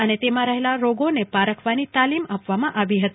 અને તેમાં રહેલા રોગોને પારખવાની તાલીમ આપવામાં આવી હતી